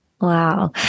Wow